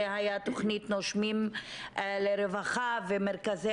זו הייתה תכנית נושמים לרווחה ומרכזי